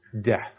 death